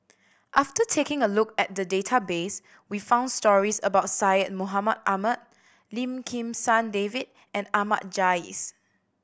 after taking a look at the database we found stories about Syed Mohamed Ahmed Lim Kim San David and Ahmad Jais